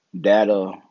data